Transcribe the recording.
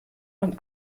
und